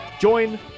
join